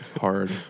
hard